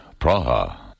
Praha